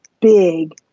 big